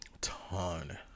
ton